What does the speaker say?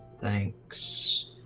Thanks